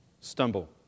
stumble